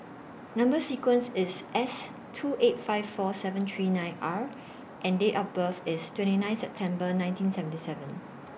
Number sequence IS S two eight five four seven three nine R and Date of birth IS twenty nine September nineteen seventy seven